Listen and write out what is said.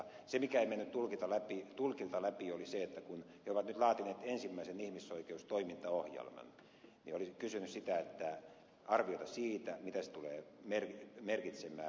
mikä ei mennyt tulkilta läpi oli se että kun he ovat nyt laatineet ensimmäisen ihmisoikeustoimintaohjelman niin olisin kysynyt arviota siitä mitä se tulee merkitsemään